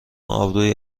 آبروی